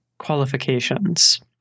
qualifications